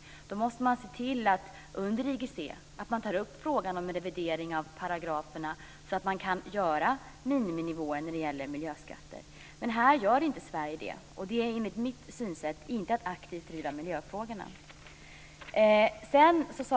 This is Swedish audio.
Under IGC måste man se till att frågan om en revidering av paragraferna tas upp så att det går att göra miniminivåer för miljöskatter. Här gör inte Sverige det. Enligt mitt synsätt är det inte att aktivt driva miljöfrågorna.